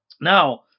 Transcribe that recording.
Now